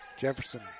Jefferson